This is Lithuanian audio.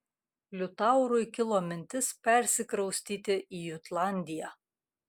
liutaurui kilo mintis persikraustyti į jutlandiją